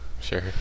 Sure